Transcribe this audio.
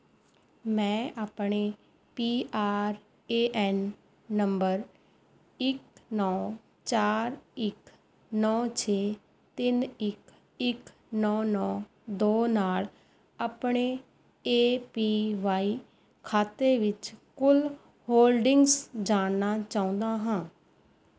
ਮੈਂ ਆਪਣੇ P R A N number ਇੱਕ ਨੌਂ ਚਾਰ ਇੱਕ ਨੌਂ ਛੇ ਤਿੰਨ ਇੱਕ ਇੱਕ ਨੌਂ ਨੌਂ ਦੋ ਨਾਲ ਆਪਣੇ ਏ ਪੀ ਵਾਈ ਖਾਤੇ ਵਿੱਚ ਕੁੱਲ ਹੋਲਡਿੰਗਸ ਜਾਣਨਾ ਚਾਹੁੰਦਾ ਹਾਂ